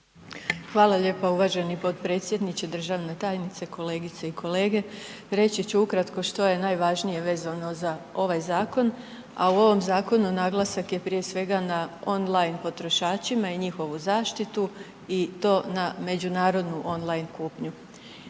Hvala lijepa uvaženi potpredsjedniče. Državna tajnice, kolegice i kolege reći ću ukratko što je najvažnije vezano za ovaj zakon, a u ovom zakonu naglasak je prije svega na on line potrošačima i njihovu zaštitu i to na međunarodnu on line kupnju.